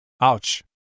Ouch